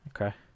Okay